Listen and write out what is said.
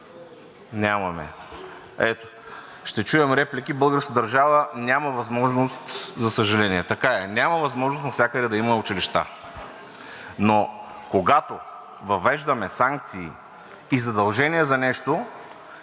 Нямаме. Ще чуем реплики – българската държава няма възможност, за съжаление. Така е, няма възможност навсякъде да има училища. Но когато въвеждаме санкции и задължения за нещо,